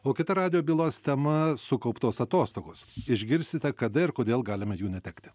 o kita radijo bylos tema sukauptos atostogos išgirsite kada ir kodėl galime jų netekti